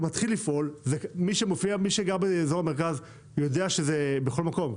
הוא מתחיל לפעול ומי שגר באזור המרכז יודע שהוא בכל מקום.